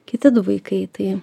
kiti du vaikai tai